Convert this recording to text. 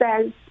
says